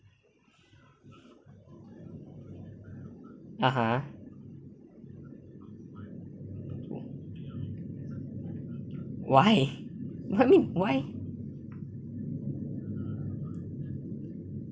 a'ah why why I mean why